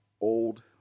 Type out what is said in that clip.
old